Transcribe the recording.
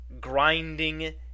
grinding